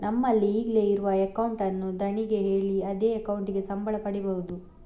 ನಮ್ಮಲ್ಲಿ ಈಗ್ಲೇ ಇರುವ ಅಕೌಂಟ್ ಅನ್ನು ಧಣಿಗೆ ಹೇಳಿ ಅದೇ ಅಕೌಂಟಿಗೆ ಸಂಬಳ ಪಡೀಬಹುದು